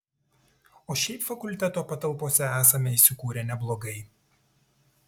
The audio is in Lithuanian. o šiaip fakulteto patalpose esame įsikūrę neblogai